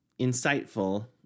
insightful